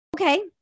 okay